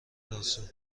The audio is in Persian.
راسو